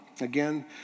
Again